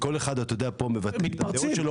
אתה יודע וכל אחד פה מבטלים את הדעות שלו.